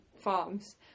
farms